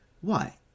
Why